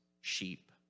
sheep